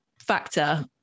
factor